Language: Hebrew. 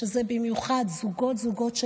כשזה במיוחד זוגות-זוגות,